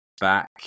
back